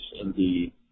indeed